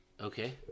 Okay